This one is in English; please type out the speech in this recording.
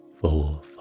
four